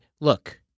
look